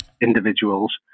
individuals